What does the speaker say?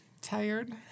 tired